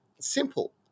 simple